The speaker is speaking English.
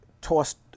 tossed